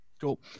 Cool